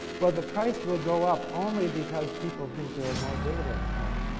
well, the price will go up only because people think there are more dividends coming.